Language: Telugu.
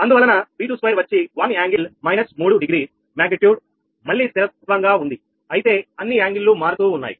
అందువలన V22 వచ్చి 1 కోణం మైనస్ 3 డిగ్రీ మాగ్నిట్యూడ్ మళ్లీ స్థిరంగా ఉంది అయితే అన్ని కోనాలు మారుతూ ఉన్నాయి